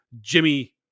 Jimmy